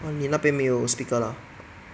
orh 你那边没有 speaker lah